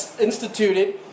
instituted